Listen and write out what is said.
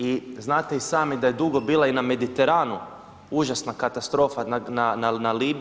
I znate i sami da je dugo bila i na Mediteranu užasna katastrofa na Libiji.